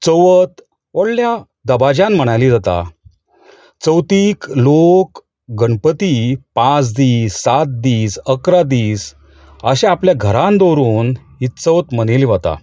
चवथ व्हडल्या दबाज्यान मनायली जाता चवथीक लोक गणपती पांच दीस सात दीस अकरा दीस अशा आपल्या घरांत दवरून ही चवथ मनयली वता